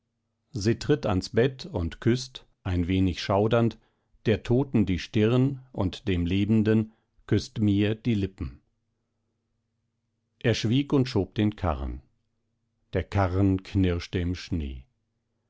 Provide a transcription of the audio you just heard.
sie tritt ans bett und küßt ein wenig schaudernd der toten die stirn und dem lebenden küßt mir die lippen er schwieg und schob den karren der karren knirschte im schnee